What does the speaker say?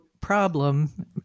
problem